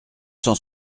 cent